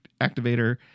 activator